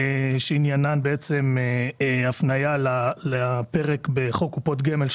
שעניינן הפנייה לפרק בחוק קופות גמל,